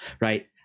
Right